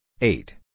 eight